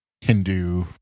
hindu